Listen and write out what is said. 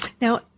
Now